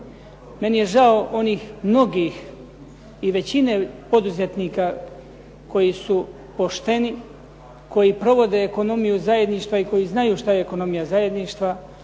Meni je žao onih mnogih i većine poduzetnika koji su pošteni, koji provode ekonomiju zajedništva i koji znaju šta je ekonomija zajedništva.